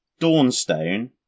Dawnstone